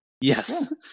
Yes